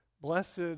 blessed